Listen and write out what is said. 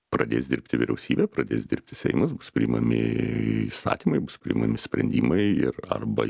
pradės dirbti vyriausybė pradės dirbti seimas bus priimami įstatymai bus priimami sprendimai ir arba